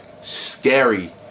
scary